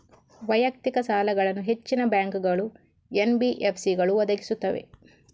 ವೈಯಕ್ತಿಕ ಸಾಲಗಳನ್ನು ಹೆಚ್ಚಿನ ಬ್ಯಾಂಕುಗಳು, ಎನ್.ಬಿ.ಎಫ್.ಸಿಗಳು ಒದಗಿಸುತ್ತವೆ